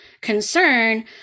concern